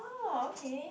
oh okay